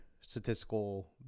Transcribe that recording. statistical